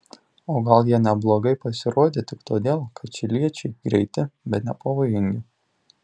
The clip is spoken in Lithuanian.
o gal jie neblogai pasirodė tik todėl kad čiliečiai greiti bet nepavojingi